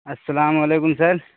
السلام علیکم سر